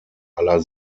aller